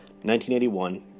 1981